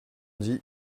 dit